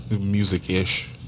Music-ish